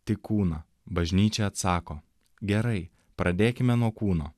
tik kūną bažnyčia atsako gerai pradėkime nuo kūno